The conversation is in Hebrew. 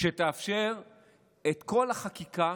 שתאפשר את כל החקיקה